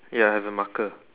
ya I have a marker